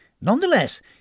Nonetheless